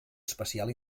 espacial